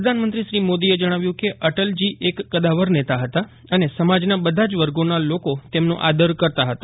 પ્રધાનમંત્રી શ્રી મોદીએ જજ્જાવ્યું કે અટલજી એક કદાવર નેતા હતા અને સમાજના બધા જ વર્ગોના લોકો તેમનો આદર કરતા હતા